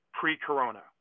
pre-corona